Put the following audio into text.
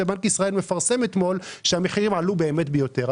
ובנק ישראל מפרסם אתמול שהמחירים עלו באמת ביותר.